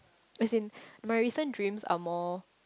is in my recent dreams are more